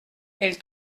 elle